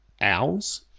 Owls